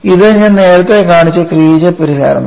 ഇത് ഞാൻ നേരത്തെ കാണിച്ച ക്രിയേജർ പരിഹാരമാണ്